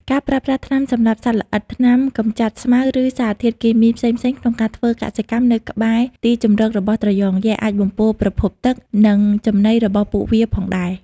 ការប្រើប្រាស់ថ្នាំសម្លាប់សត្វល្អិត ថ្នាំកំចាត់ស្មៅ ឬសារធាតុគីមីផ្សេងៗក្នុងការធ្វើកសិកម្មនៅក្បែរទីជម្រករបស់ត្រយងយក្ស អាចបំពុលប្រភពទឹក និងចំណីរបស់ពួកវាផងដែរ។